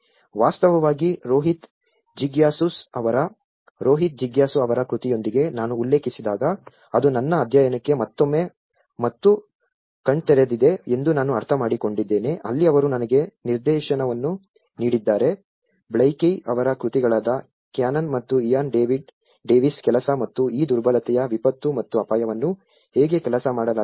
ವಾಸ್ತವವಾಗಿ ರೋಹಿತ್ ಜಿಜ್ಞಾಸುJigyasu's ಅವರ ರೋಹಿತ್ ಜಿಜ್ಞಾಸು ಅವರ ಕೃತಿಯೊಂದಿಗೆ ನಾನು ಉಲ್ಲೇಖಿಸಿದಾಗ ಅದು ನನ್ನ ಅಧ್ಯಯನಕ್ಕೆ ಮತ್ತೊಮ್ಮೆ ಮತ್ತು ಕಣ್ಣುತೆರೆದಿದೆ ಎಂದು ನಾನು ಅರ್ಥಮಾಡಿಕೊಂಡಿದ್ದೇನೆ ಅಲ್ಲಿ ಅವರು ನನಗೆ ನಿರ್ದೇಶನವನ್ನು ನೀಡಿದ್ದಾರೆ ಬ್ಲೈಕಿ ಅವರ ಕೃತಿಗಳಾದ ಕ್ಯಾನನ್ ಮತ್ತು ಇಯಾನ್ ಡೇವಿಸ್ ಕೆಲಸ ಮತ್ತು ಈ ದುರ್ಬಲತೆಯ ವಿಪತ್ತು ಮತ್ತು ಅಪಾಯವನ್ನು ಹೇಗೆ ಕೆಲಸ ಮಾಡಲಾಗಿದೆ